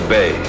Bay